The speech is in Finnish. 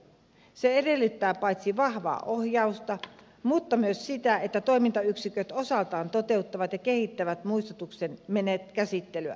se edellyttää paitsi vahvaa ohjausta myös sitä että toimintayksiköt osaltaan toteuttavat ja kehittävät muistutuksen käsittelyä